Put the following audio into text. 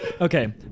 Okay